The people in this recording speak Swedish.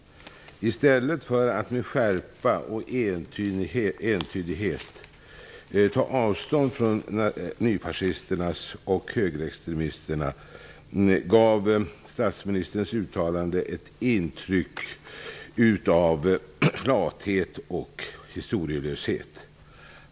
I stället för att med skärpa och entydighet ta avstånd från nyfascisterna och högerextremisterna gav statsministerns uttalanden ett intryck av flathet och historielöshet.